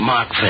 Mark